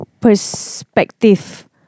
Perspective